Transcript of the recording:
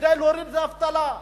כדי להוריד את האבטלה.